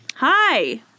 Hi